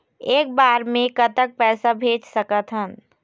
एक बार मे कतक पैसा भेज सकत हन?